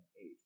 age